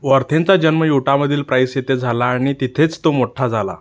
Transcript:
वॉर्थेनचा जन्म युटामधील प्राईस येथे झाला आणि तिथेच तो मोठा झाला